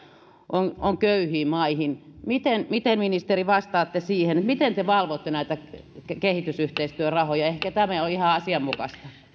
on on köyhiin maihin miten miten ministeri vastaatte siihen miten te valvotte näitä kehitysyhteistyörahoja ehkä tämä ei ole ihan asianmukaista